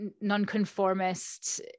nonconformist